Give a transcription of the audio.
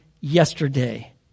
yesterday